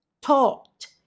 Taught